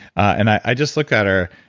and i just looked at her,